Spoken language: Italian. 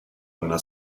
una